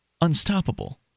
unstoppable